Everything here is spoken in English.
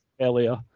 earlier